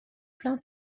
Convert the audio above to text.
plain